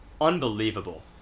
Unbelievable